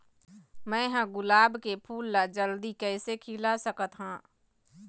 मैं ह गुलाब के फूल ला जल्दी कइसे खिला सकथ हा?